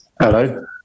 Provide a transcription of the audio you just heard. Hello